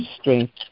strength